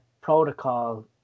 protocol